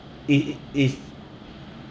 it is